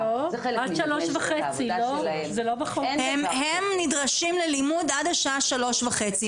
זה חלק משעות העבודה שלהם --- הם נדרשים ללימוד עד השעה שלוש וחצי,